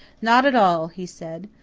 not at all, he said.